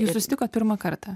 ir susitikot pirmą kartą